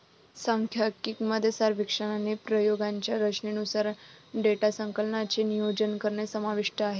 सांख्यिकी मध्ये सर्वेक्षण आणि प्रयोगांच्या रचनेनुसार डेटा संकलनाचे नियोजन करणे समाविष्ट आहे